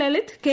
Lalit K